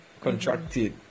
Contracted